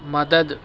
مدد